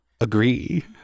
agree